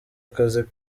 akazi